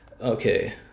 Okay